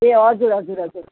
ए हजुर हजुर हजुर